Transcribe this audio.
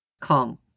Come